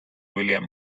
william